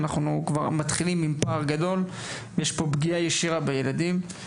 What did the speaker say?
אנחנו מתחילים פה עם פער גדול וקיימת כאן פגיעה ישירה בילדים,